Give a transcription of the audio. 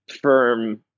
firm